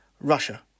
Russia